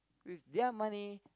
with their money